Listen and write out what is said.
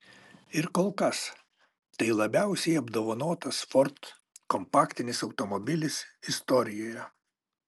ir kol kas tai labiausiai apdovanotas ford kompaktinis automobilis istorijoje